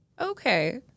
okay